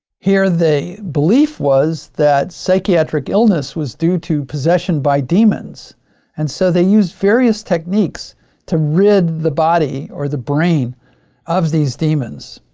here the belief was that psychiatric illness was due to possession by demons and so they used various techniques to rid the body or the brain of these demons.